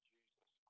Jesus